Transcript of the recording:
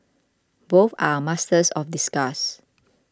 both are masters of disguise